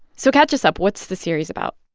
so catch us up. what's the series about?